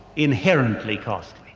inherently costly.